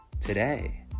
today